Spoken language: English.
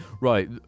right